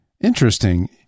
interesting